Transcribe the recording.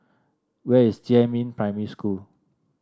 where is Jiemin Primary School